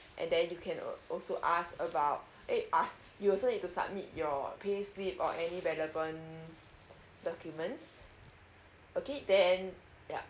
and then you can uh also ask about eh ask you also need to submit your payslip or any relevant documents okay then ya